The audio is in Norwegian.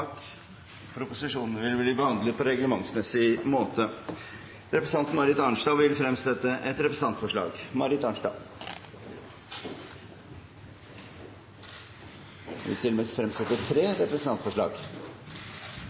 Proposisjonene vil bli behandlet på reglementsmessig måte. Representanten Marit Arnstad vil fremsette tre representantforslag. På vegne av representantene Marit Knutsdatter Strand, Åslaug Sem-Jacobsen, Siv Mossleth og meg sjøl vil